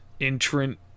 entrant